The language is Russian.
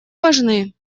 важны